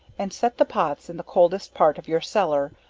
and set the pots in the coldest part of your cellar,